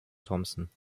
thompson